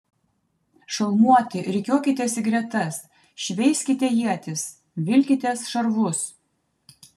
šalmuoti rikiuokitės į gretas šveiskite ietis vilkitės šarvus